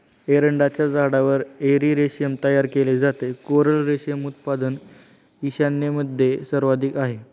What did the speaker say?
एरंडाच्या झाडावर एरी रेशीम तयार केले जाते, कोरल रेशीम उत्पादन ईशान्येमध्ये सर्वाधिक आहे